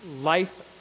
life